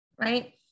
right